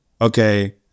okay